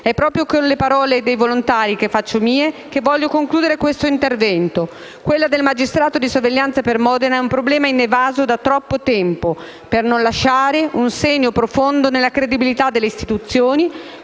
È proprio con le parole dei volontari, che faccio mie, che voglio concludere l'intervento. Quella del magistrato di sorveglianza è, per Modena, un problema inevaso da troppo tempo «per non lasciare un segno profondo nella credibilità delle istituzioni,